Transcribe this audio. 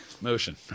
motion